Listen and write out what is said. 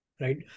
Right